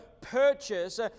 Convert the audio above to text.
purchase